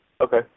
Okay